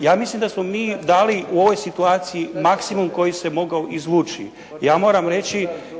Ja mislim da smo mi dali u ovoj situaciji maksimum koji se mogao izvući. Ja moram reći